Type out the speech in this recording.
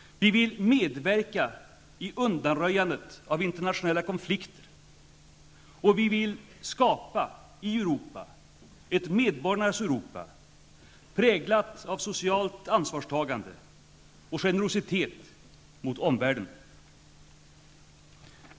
Vi vill medverka i undanröjandet av internationella konflikter, och vi vill skapa i Europa ett medborgarnas Europa präglat av socialt ansvarstagande och generositet mot omvärlden.